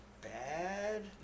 bad